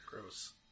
Gross